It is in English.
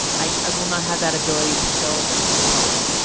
i will not have that ability to show them to the public.